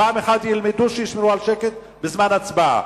פעם אחת ילמדו, שישמרו על שקט בזמן ההצבעה.